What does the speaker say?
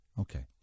Okay